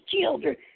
children